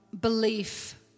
Belief